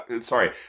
sorry